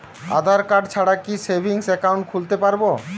আধারকার্ড ছাড়া কি savings account খুলতে পারব?